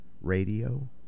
radio